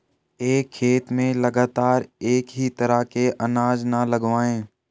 एक खेत में लगातार एक ही तरह के अनाज न लगावें